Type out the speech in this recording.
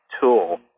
tool